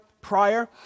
prior